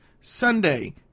Sunday